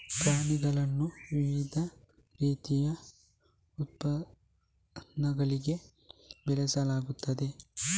ಪ್ರಾಣಿಗಳನ್ನು ವಿವಿಧ ರೀತಿಯ ಉತ್ಪನ್ನಗಳಿಗಾಗಿ ಬೆಳೆಸಲಾಗುತ್ತದೆ